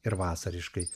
ir vasariškai